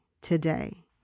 today